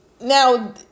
Now